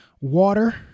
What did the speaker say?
water